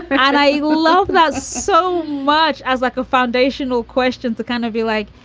and i love that so much as like a foundational question to kind of be like,